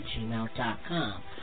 gmail.com